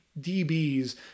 DBs